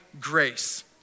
grace